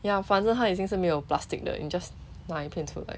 ya 反正它已经是没有 plastic 的你 just 那一片出来